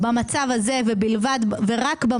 רוויזיה על הסתייגות מס' 10. מי בעד, מי נגד, מי